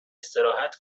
استراحت